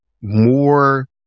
more